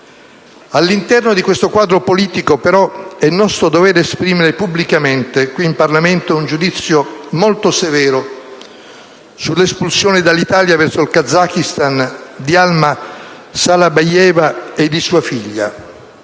All'interno di questo quadro politico, però, è nostro dovere esprimere pubblicamente qui, in Parlamento, un giudizio molto severo sull'espulsione dall'Italia verso il Kazakistan di Alma Shalabayeva e di sua figlia;